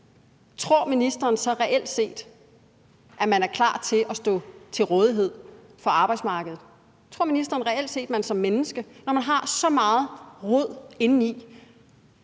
tror ministeren så reelt, at man er klar til at stå til rådighed på arbejdsmarkedet? Tror ministeren reelt set, at det giver mening at begynde